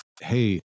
Hey